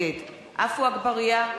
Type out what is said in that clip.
נגד עפו אגבאריה,